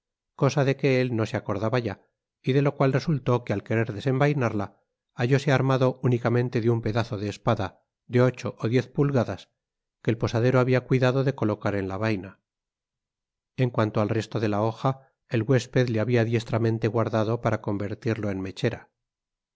cosa de que él no se acordaba ya y de lo cual resultó que al querer desenvainarla hallóse armado únicamente de un pedazo de espada de ocho ó diez pulgadas que el posadero habia cuidado de colocar en la vaina en cuanto al resto de la hoja el huésped le habia diestramente guardado para convertirlo en mechera